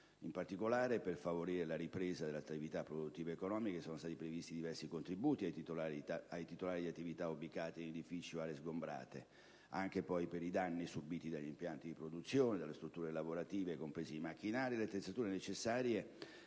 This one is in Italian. In particolare, per favorire la ripresa delle attività produttive ed economiche, sono stati previsti diversi contributi ai titolari di attività ubicate in edifici o aree sgombrate, per i danni subiti dagli impianti di produzione, dalle strutture lavorative, compresi i macchinari e le attrezzature necessarie,